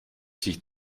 sich